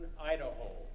Idaho